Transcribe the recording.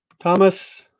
thomas